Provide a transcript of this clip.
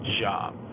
job